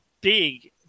big